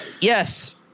Yes